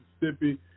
Mississippi